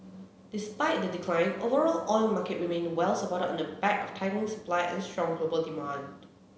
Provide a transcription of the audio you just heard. despite the decline overall oil markets remained well supported on the back of tightening supply and strong global demand